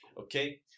okay